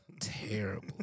terrible